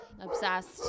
Obsessed